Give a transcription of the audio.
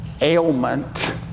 ailment